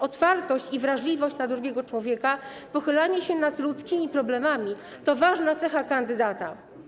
Otwartość i wrażliwość na drugiego człowieka, pochylanie się nad ludzkimi problemami to ważne cechy kandydata.